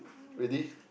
ready